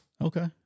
Okay